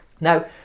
Now